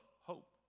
hope